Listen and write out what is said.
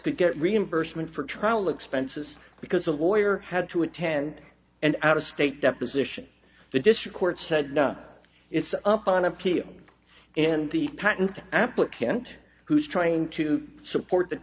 could get reimbursement for trial expenses because a lawyer had to attend an out of state deposition the district court said no it's up on appeal and the patent applicant who's trying to support the